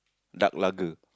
dark lugger